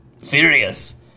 Serious